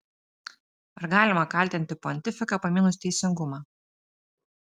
ar galima kaltinti pontifiką pamynus teisingumą